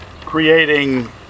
creating